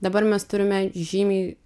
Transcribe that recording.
dabar mes turime žymiai